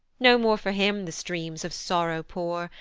no more for him the streams of sorrow pour,